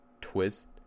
twist